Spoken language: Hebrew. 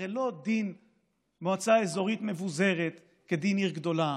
הרי לא דין מועצה אזורית מבוזרת כדין עיר גדולה,